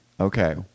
Okay